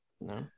No